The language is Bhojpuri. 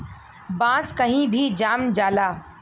बांस कही भी जाम जाला